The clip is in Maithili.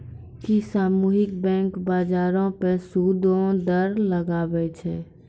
कि सामुहिक बैंक, बजारो पे सूदो दर लगाबै छै?